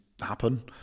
happen